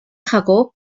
jacob